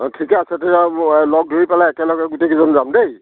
অঁ ঠিকে আছে তেতিয়া হ'লে লগ ধৰি পেলাই একেলগে গোটেই কেইজন যাম দেই